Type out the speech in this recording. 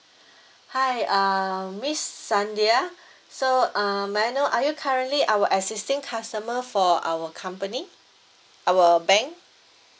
hi uh miss sandia so uh may I know are you currently our existing customer for our company our bank